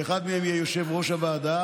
שאחד מהם יהיה יושב-ראש הוועדה,